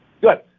Good